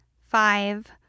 five